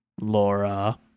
Laura